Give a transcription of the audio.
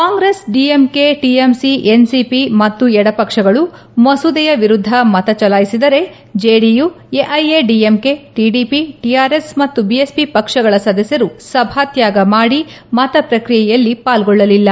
Congress DMK TMC NCP ಮತ್ತು ಎಡಪಕ್ಷಗಳು ಮಸೂದೆಯ ವಿರುದ್ದ ಮತ ಚಲಾಯಿಸಿದರೆ ಜೆಡಿಯು ಎಐಎಡಿಎಂಕೆ ಟಡಿಪಿ ಟಿಆರ್ಎಸ್ ಮತ್ತು ಬಿಎಸ್ಪಿ ಪಕ್ಷಗಳ ಸದಸ್ನರು ಸಭಾತ್ಯಾಗ ಮಾಡಿ ಮತ ಪ್ರಕ್ರಿಯೆಯಲ್ಲಿ ಪಾಲ್ಗೊಳ್ಳಲಿಲ್ಲ